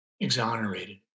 exonerated